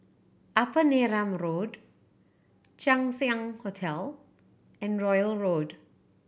Upper Neram Road Chang Ziang Hotel and Royal Road